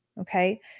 Okay